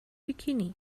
bikini